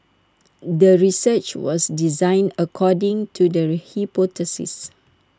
the research was designed according to the hypothesis